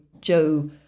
Joe